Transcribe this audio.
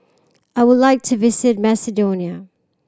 I would like to visit Macedonia